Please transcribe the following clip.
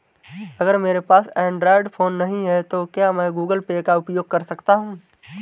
अगर मेरे पास एंड्रॉइड फोन नहीं है तो क्या मैं गूगल पे का उपयोग कर सकता हूं?